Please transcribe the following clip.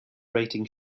rating